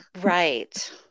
Right